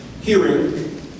hearing